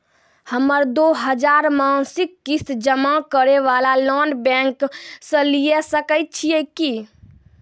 हम्मय दो हजार मासिक किस्त जमा करे वाला लोन बैंक से लिये सकय छियै की?